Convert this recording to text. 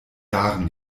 jahren